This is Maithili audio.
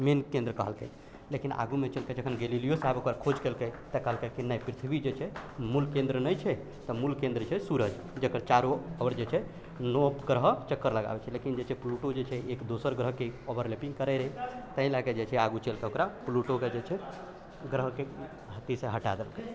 मेन केन्द्र कहलकै लेकिन आगूमे चलिके जखन गैलीलियो साहब ओकर खोज केलकै तऽ कहलकै कि नहि पृथ्वी जे छै मूल केन्द्र नहि छै तऽ मूल केन्द्र छै सूरज जकर चारो ओर जे छै नओ ग्रह चक्कर लगाबै छै लेकिन जे छै प्लूटो जे छै एक दोसर ग्रहके ओवर्लैपिंग करै रहै ताहि लए कऽ जे आगू चलि कऽ ओकरा प्लूटोके जे छै ग्रहके अथीसँ हटा देलकै